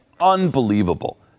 unbelievable